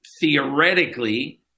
theoretically